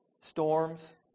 Storms